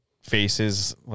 faces